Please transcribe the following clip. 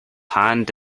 hand